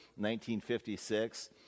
1956